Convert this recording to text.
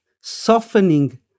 softening